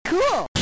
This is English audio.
Cool